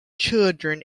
children